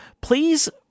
please